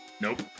Nope